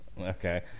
Okay